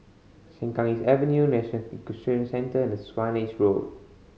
Sengkang East Avenue National Equestrian Centre and Swanage Road